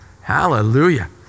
Hallelujah